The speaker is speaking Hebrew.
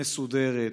מסודרת,